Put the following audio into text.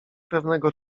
pewnego